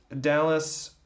Dallas